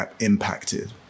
impacted